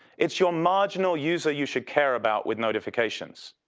it's your marginal users you should care about with notifications.